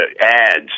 Ads